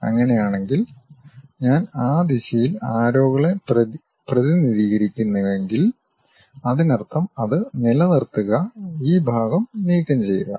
അങ്ങനെയാണെങ്കിൽ ഞാൻ ആ ദിശയിൽ ആരോകളെ പ്രതിനിധീകരിക്കുന്നുവെങ്കിൽ അതിനർത്ഥം അത് നിലനിർത്തുക ഈ ഭാഗം നീക്കംചെയ്യുക